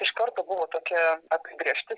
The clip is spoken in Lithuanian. iš karto buvo tokia apibrėžtis